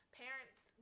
parents